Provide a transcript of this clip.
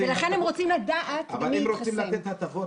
ולכן הם רוצים לדעת מי התחסן.